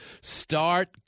start